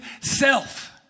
self